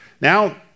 Now